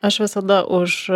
aš visada už